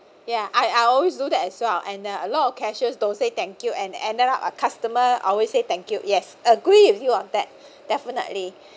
ya I I always do that as well and uh a lot of cashiers don't say thank you and ended up customer always say thank you yes agree with you on that definitely